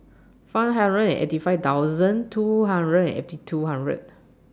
five hundred and eighty five thoudand two hundred and eighty two hundred